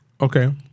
Okay